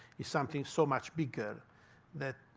it's something so much bigger that